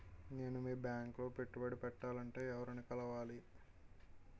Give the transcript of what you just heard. నేను మీ బ్యాంక్ లో పెట్టుబడి పెట్టాలంటే ఎవరిని కలవాలి?